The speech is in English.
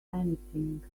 anything